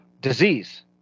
disease